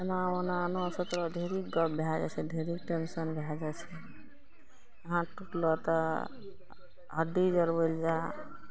ओना ओना सतरो ढेरीके गप भऽ जाइ छै ढेरी टेंशन भए जाइ छै हाथ टूटलौ तऽ हड्डी जोड़बै लए जा